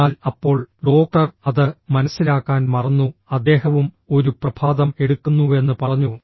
എന്നാൽ അപ്പോൾ ഡോക്ടർ അത് മനസിലാക്കാൻ മറന്നു അദ്ദേഹവും ഒരു പ്രഭാതം എടുക്കുന്നുവെന്ന് പറഞ്ഞു